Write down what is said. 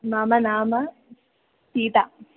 मम नाम सीता